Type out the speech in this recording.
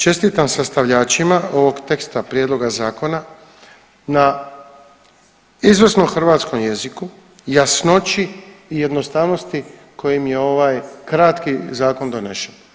Čestitam sastavljačima ovog teksta prijedloga zakona, na izvrsnom hrvatskom jeziku, jasnoći i jednostavnosti kojim je ovaj kratki zakon donesen.